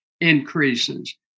increases